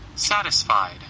satisfied